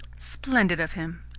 splendid of him!